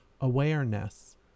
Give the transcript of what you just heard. Awareness